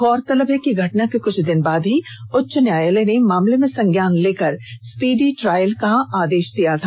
गौरतलब है कि घटना के कुछ दिन बाद ही उच्च न्यायालय र्न मामले में संज्ञान लेकर स्पीडी ट्रायल का आदेष दिया था